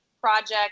project